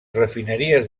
refineries